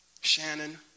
Shannon